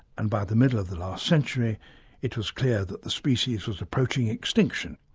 and by the middle of the last century it was clear that the species was approaching extinction.